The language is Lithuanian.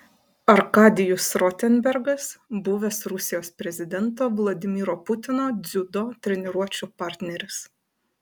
arkadijus rotenbergas buvęs rusijos prezidento vladimiro putino dziudo treniruočių partneris